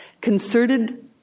concerted